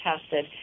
tested